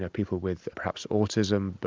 ah people with perhaps autism,